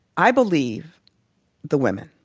i believe the women.